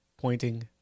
pointing